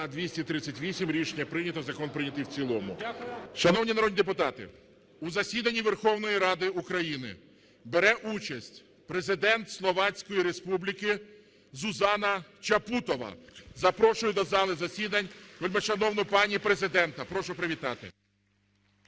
народні депутати! (Шум у залі) Шановні народні депутати, у засіданні Верховної Ради України бере участь Президент Словацької Республіки Зузана Чапутова. Запрошую до зали засідань вельмишановну пані Президента. Прошу привітати.